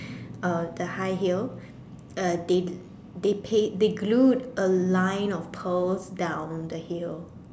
uh the high heel uh they they pa~ they glued a line of pearls down the heel